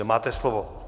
Máte slovo.